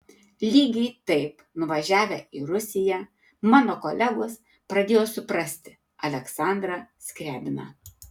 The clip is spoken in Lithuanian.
lygiai taip nuvažiavę į rusiją mano kolegos pradėjo suprasti aleksandrą skriabiną